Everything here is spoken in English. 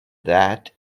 that